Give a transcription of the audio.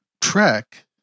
Trek